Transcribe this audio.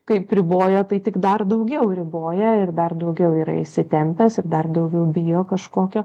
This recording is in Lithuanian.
kaip riboja tai tik dar daugiau riboja ir dar daugiau yra įsitempęs ir dar daugiau bijo kažkokio